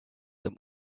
them